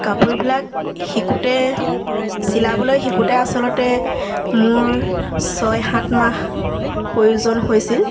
কাপোৰবিলাক শিকোঁতে চিলাবলৈ শিকোঁতে আচলতে মোৰ ছয় সাত মাহ প্ৰয়োজন হৈছিল